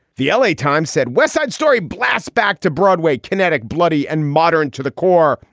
the l a. times said west side story blast back to broadway, kinetic, bloody and modern to the core.